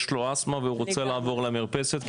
יש לו אסתמה והוא רוצה לעבור למרפסת,